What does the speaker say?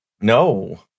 No